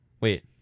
Wait